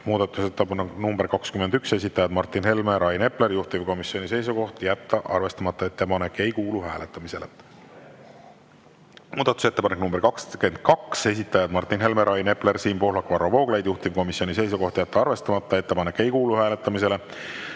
Muudatusettepanek nr 21, esitajad Martin Helme, Rain Epler. Juhtivkomisjoni seisukoht on jätta arvestamata. Ettepanek ei kuulu hääletamisele. Muudatusettepanek nr 22, esitajad Martin Helme, Rain Epler, Siim Pohlak, Varro Vooglaid. Juhtivkomisjoni seisukoht on jätta arvestamata. Ettepanek ei kuulu hääletamisele.